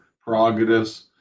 prerogatives